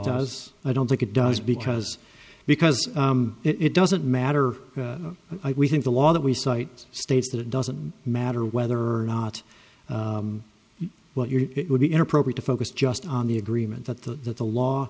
does i don't think it does because because it doesn't matter we think the law that we cite states that it doesn't matter whether or not what you're it would be inappropriate to focus just on the agreement that the that the law